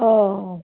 অঁ